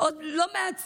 יש לא מעט סיפורים.